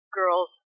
girls